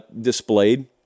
displayed